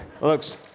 Looks